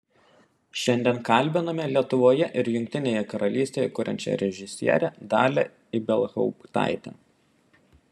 šiandien kalbiname lietuvoje ir jungtinėje karalystėje kuriančią režisierę dalią ibelhauptaitę